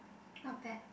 not bad